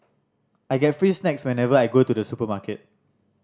I get free snacks whenever I go to the supermarket